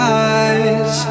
eyes